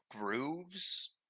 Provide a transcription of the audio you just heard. grooves